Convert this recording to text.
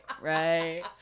right